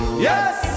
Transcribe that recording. Yes